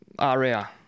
area